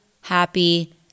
happy